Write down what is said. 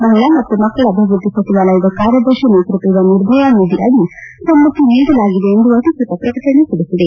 ಮಹಿಳಾ ಮತ್ತು ಮಕ್ಕಳ ಅಭಿವೃದ್ದಿ ಸಚಿವಾಲಯದ ಕಾರ್ಯದರ್ಶಿ ನೇತೃತ್ವದ ನಿರ್ಭಯ ನಿಧಿ ಅಡಿ ಸಮ್ನತಿ ನೀಡಲಾಗಿದೆ ಎಂದು ಅಧಿಕೃತ ಪ್ರಕಟಣ ತಿಳಿಸಿದೆ